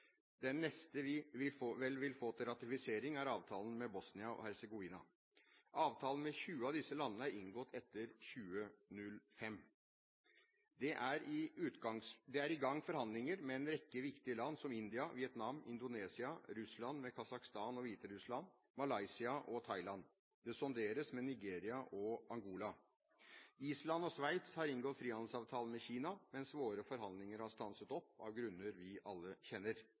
Den neste vi vel vil få til ratifisering, er avtalen med Bosnia-Hercegovina. Avtalene med 20 av disse landene er inngått etter 2005. Det er i gang forhandlinger med en rekke viktige land, som India, Vietnam, Indonesia, Russland m/Kasakhstan og Hviterussland, Malaysia og Thailand. Det sonderes med Nigeria og Angola. Island og Sveits har inngått frihandelsavtaler med Kina, mens våre forhandlinger har stanset opp av grunner vi alle kjenner.